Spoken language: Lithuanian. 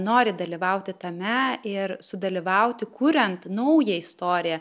nori dalyvauti tame ir sudalyvauti kuriant naują istoriją